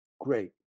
great